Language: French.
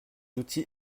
outils